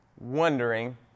Wondering